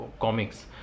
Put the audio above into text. comics